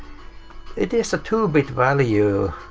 it is a two bit value.